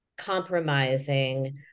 compromising